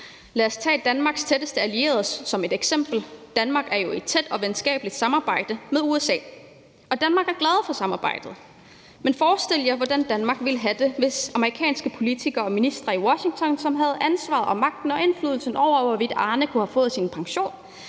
Lad os tage Danmarks tætteste allierede som et eksempel. Danmark er jo i tæt og venskabeligt samarbejde med USA. Danmark er glad for samarbejdet, men forestil jer, hvordan Danmark ville have det, hvis amerikanske politikere og ministre i Washington havde ansvaret for og magten og indflydelsen over, hvorvidt Arne kunne have fået sin pension,